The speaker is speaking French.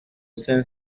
cinq